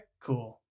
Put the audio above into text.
Cool